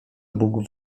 bóg